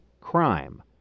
crime